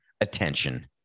attention